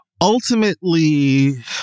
ultimately